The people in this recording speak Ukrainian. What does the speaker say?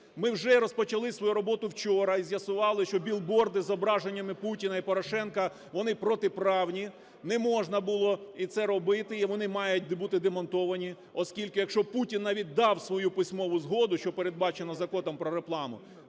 Ми вже розпочали свою роботу вчора і з'ясували, що білборди із зображеннями Путіна і Порошенка - вони протиправні. Не можна було і це робити, і вони мають бути демонтовані. Оскільки, якщо Путін навіть дав свою письмову згоду, що передбачено Законом "Про рекламу",